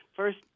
First